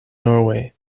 norway